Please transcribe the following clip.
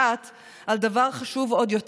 הממשלה בדבר החלת הריבונות הישראלית על שטחי מולדת.